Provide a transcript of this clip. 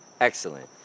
Excellent